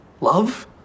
love